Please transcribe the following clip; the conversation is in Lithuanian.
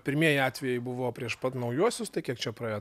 pirmieji atvejai buvo prieš pat naujuosius tai kiek čia praėjo